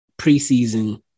preseason